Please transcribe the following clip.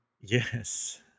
Yes